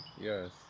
Yes